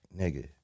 nigga